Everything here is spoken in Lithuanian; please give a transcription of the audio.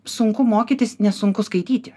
sunku mokytis nes sunku skaityti